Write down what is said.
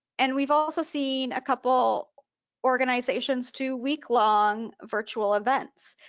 and we've also seen a couple organizations two week long virtual events.